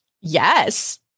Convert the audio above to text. Yes